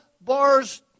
bars